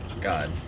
God